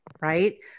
right